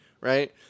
Right